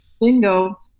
Bingo